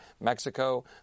Mexico